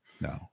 no